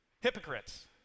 hypocrites